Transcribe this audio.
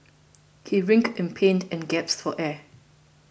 he writhed in pain and gasped for air